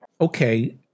Okay